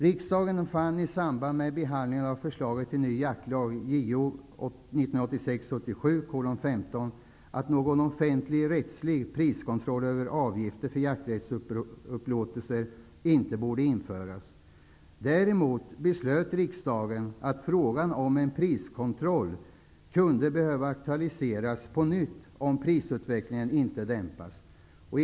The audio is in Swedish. Riksdagen fann i samband med behandlingen av förslaget till ny jaktlag, JoU 1986/87:15, att någon offentligrättslig priskontroll över avgifter för jakträttsupplåtelser inte borde införas. Däremot beslöt riksdagen att frågan om en priskontroll kunde behöva aktualiseras på nytt om prisutvecklingen inte dämpades.